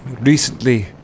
Recently